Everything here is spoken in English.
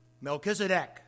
Melchizedek